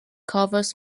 covers